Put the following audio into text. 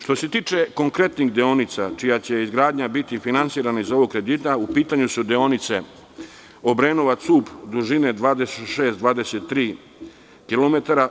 Što se tiče konkretnih deonica, čija će izgradnja biti finansirana iz ovog kredita, u pitanju su deonice: Obrenovac-Ub, dužine 26, 23 kilometara.